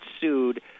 sued